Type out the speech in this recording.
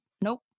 nope